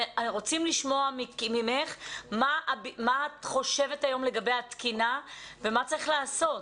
אנחנו רוצים לשמוע ממך מה את חושבת היום לגבי התקינה ומה צריך לעשות.